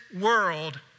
world